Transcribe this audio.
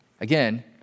Again